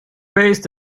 based